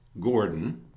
Gordon